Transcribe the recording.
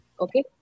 Okay